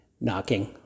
knocking